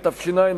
התש"ע 2010,